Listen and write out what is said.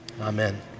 Amen